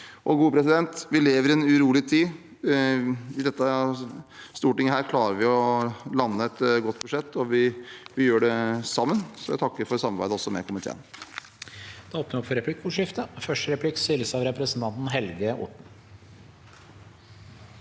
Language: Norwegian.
nr. 2–4 1457 Vi lever i en urolig tid. I dette stortinget klarer vi å lande et godt budsjett, og vi gjør det sammen, så jeg takker for samarbeidet også med komiteen.